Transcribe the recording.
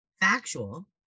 factual